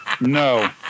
No